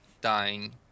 dying